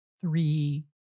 three